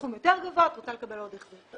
בסכום יותר גבוה, את רוצה לקבל עוד החזר.